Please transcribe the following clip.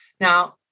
Now